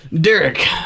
Derek